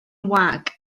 wag